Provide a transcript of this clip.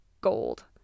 Gold